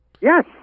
Yes